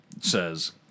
says